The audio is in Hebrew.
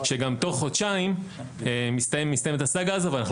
תוך חודשיים גם מסתיימת הסאגה הזו ואנחנו